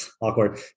Awkward